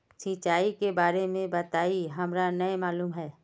सिंचाई के बारे में बताई हमरा नय मालूम है?